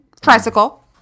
Tricycle